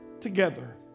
Together